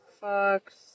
Fox